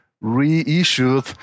reissued